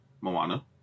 Moana